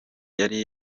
yari